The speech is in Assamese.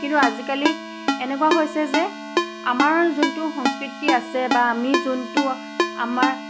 কিন্তু আজিকালি এনেকুৱা হৈছে যে আমাৰ যোনটো সংস্কৃতি আছে বা আমি যোনটো আমাৰ